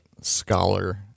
scholar